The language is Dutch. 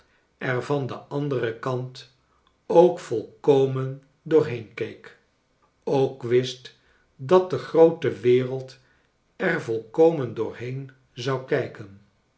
van den anderen kant ook volkomen doorheen keek ook wist dat de groote wereld er volkomen doorheen zou kijken